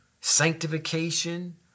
sanctification